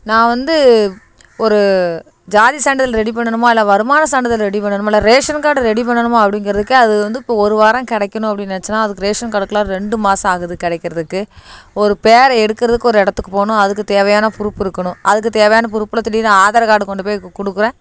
நான் வந்து ஒரு ஜாதி சான்றிதழ் ரெடி பண்ணணுமா இல்லை வருமான சான்றிதழ் ரெடி பண்ணணுமுல்லை ரேஷன் கார்டு ரெடி பண்ணணுமா அப்படிங்கறதுக்கு அது வந்து இப்போ ஒரு வாரம் கிடைக்கணும் அப்படின்னு நெனைச்சன்னா அதுக்கு ரேஷன் கார்டுக்கெலாம் ரெண்டு மாதம் ஆகுது கிடைக்கிறதுக்கு ஒரு பேரை எடுக்கிறதுக்கு ஒரு இடத்துக்கு போகணும் அதுக்கு தேவையான ப்ரூஃப் இருக்கணும் அதுக்கு தேவையான ப்ரூஃப்பில் திடீர்னு ஆதார் கார்டு கொண்டு போயி கு கொடுக்குறேன்